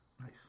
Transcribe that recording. Nice